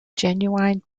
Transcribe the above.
genuine